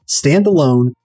standalone